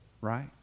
right